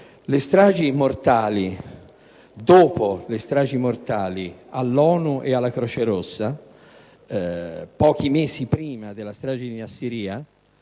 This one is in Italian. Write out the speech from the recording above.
le stragi mortali, dopo le stragi mortali all'ONU ed alla Croce Rossa, pochi mesi prima della strage di Nassiriya,